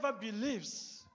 believes